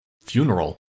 funeral